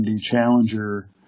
Challenger